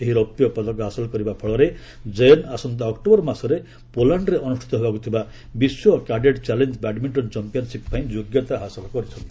ଏହି ରୌପ୍ୟ ପଦକ ହାସଲ କରିବା ଫଳରେ ଜୈନ୍ ଆସନ୍ତା ଅକ୍ଟୋବର ମାସରେ ପୋଲାଣ୍ଡ୍ରେ ଅନୁଷ୍ଠିତ ହେବାକୁ ଥିବା ବିଶ୍ୱ କ୍ୟାଡେଟ୍ ଚ୍ୟାଲେଞ୍ ବ୍ୟାଡ୍ମିଣ୍ଟନ୍ ଚାମ୍ପିୟନ୍ସିପ୍ ପାଇଁ ଯୋଗ୍ୟତା ହାସଲ କରିଛନ୍ତି